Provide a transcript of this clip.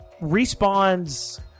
Respawn's